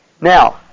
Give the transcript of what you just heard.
Now